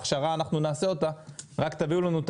אנחנו נעשה את ההכשרה רק תביאו לנו את